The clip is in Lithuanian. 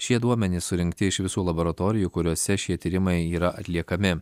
šie duomenys surinkti iš visų laboratorijų kuriose šie tyrimai yra atliekami